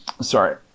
Sorry